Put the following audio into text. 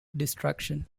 destruction